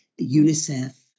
UNICEF